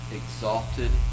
exalted